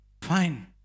fine